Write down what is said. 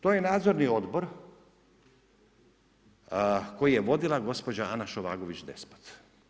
To je nadzorni odbor koji je vodila gospođa Anja Šovagović Despot.